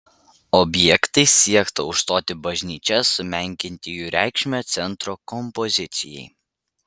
objektais siekta užstoti bažnyčias sumenkinti jų reikšmę centro kompozicijai